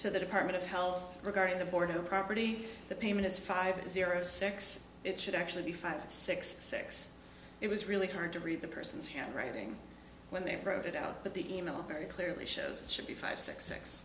to the department of health regarding the board of property the payment is five zero six it should actually be five six six it was really hard to read the person's handwriting when they wrote it out but the e mail very clearly shows should be five six six